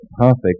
perfect